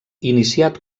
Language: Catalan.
iniciat